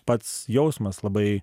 pats jausmas labai